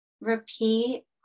repeat